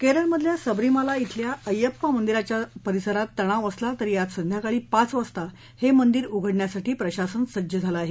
केरळमधल्या सबरीमाला शिल्या अयप्पा मंदिराच्या परिसरात तणाव असला तरी आज संध्याकाळी पाच वाजता हे मंदिर उघडण्यासाठी प्रशासन सज्ज झालं आहे